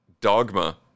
Dogma